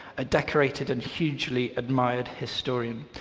a decorated and hugely-admired historian.